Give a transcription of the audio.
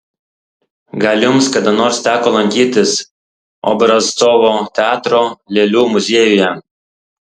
gal jums kada nors teko lankytis obrazcovo teatro lėlių muziejuje